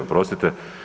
Oprostite.